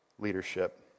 leadership